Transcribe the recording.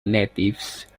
natives